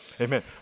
Amen